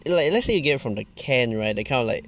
you know like let's say you get from the can right that kind of like